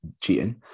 cheating